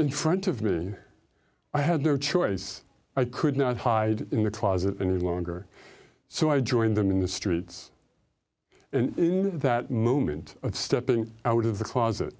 in front of me i had their choice i could not hide in the closet any longer so i joined them in the streets and that movement of stepping out of the closet